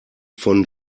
von